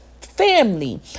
Family